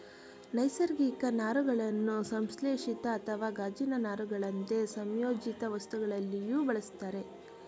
ನೈಸರ್ಗಿಕ ನಾರುಗಳನ್ನು ಸಂಶ್ಲೇಷಿತ ಅಥವಾ ಗಾಜಿನ ನಾರುಗಳಂತೆ ಸಂಯೋಜಿತವಸ್ತುಗಳಲ್ಲಿಯೂ ಬಳುಸ್ತರೆ